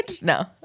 No